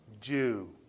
Jew